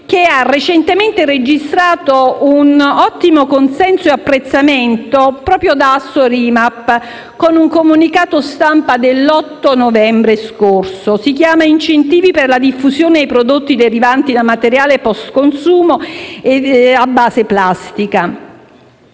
che ha recentemente registrato un ottimo consenso e un apprezzamento proprio da Assorimap con un comunicato stampa dell'8 novembre scorso, denominata «Incentivi per favorire la diffusione dei prodotti derivanti da materiale *post*-consumo a base plastica».